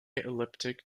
elliptic